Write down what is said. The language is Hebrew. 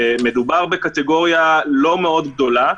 מדובר בקטגוריה לא מאוד גדולה,